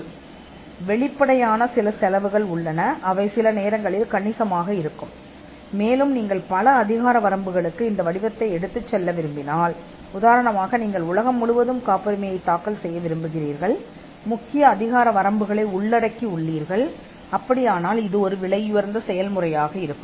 காப்புரிமையில் வெளிப்படையான செலவுகள் உள்ளன அவை சில நேரங்களில் கணிசமானவை மேலும் நீங்கள் பல அதிகார வரம்புகளுக்கு இந்த வடிவத்தை எடுக்க விரும்பினால் சொல்லுங்கள் நீங்கள் உலகம் முழுவதும் காப்புரிமையை தாக்கல் செய்ய விரும்புகிறீர்கள் முக்கிய அதிகார வரம்புகளை உள்ளடக்குகிறீர்கள் பின்னர் இது ஒரு விலையுயர்ந்த செயல்முறையாக இருக்கும்